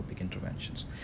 interventions